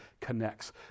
connects